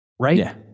Right